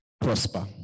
prosper